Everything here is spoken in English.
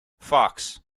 fox